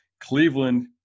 Cleveland